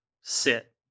Sit